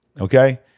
okay